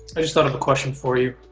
sort of a question for you.